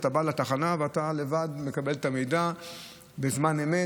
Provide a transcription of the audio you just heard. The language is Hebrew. אתה בא לתחנה ואתה לבד מקבל את המידע בזמן אמת,